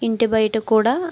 ఇంటి బయట కూడా